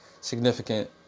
significant